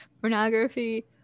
pornography